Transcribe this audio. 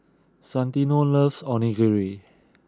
Santino loves Onigiri